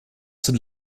sind